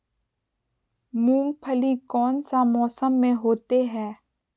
मूंगफली कौन सा मौसम में होते हैं?